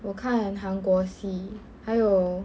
我看韩国戏还有